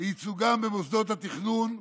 לייצוגם במוסדות התכנון,